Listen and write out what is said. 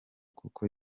kuko